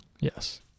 Yes